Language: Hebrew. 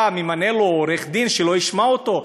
אתה ממנה לו עורך-דין שלא ישמע אותו?